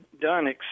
done